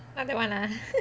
not that [one] ah